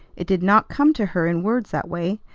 it did not come to her in words that way,